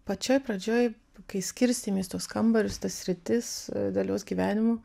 pačioj pradžioj kai skirstėmės tuos kambarius tas sritis dalios gyvenimo